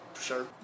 sure